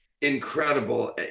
incredible